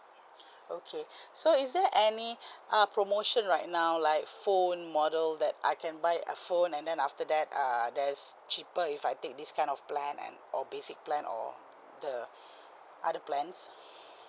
okay so is there any uh promotion right now like phone model that I can buy a phone and then after that err there's cheaper if I take this kind of plan and or basic plan or the other plans